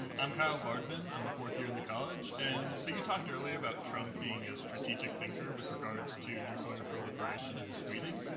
um i'm kyle bardman. i'm a fourth year in the college. and so you talked earlier about trump being a strategic thinker with regards to nuclear proliferation in his tweeting.